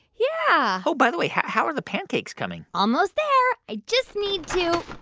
yeah oh, by the way, how how are the pancakes coming? almost there. i just need to